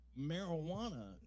marijuana